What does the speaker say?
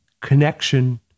connection